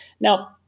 Now